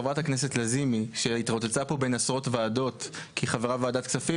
חברת הכנסת לזימי שהתרוצצה פה בין עשרות ועדות כחברה בוועדת כספים,